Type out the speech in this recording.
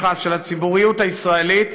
הציבוריות הישראלית,